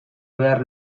behar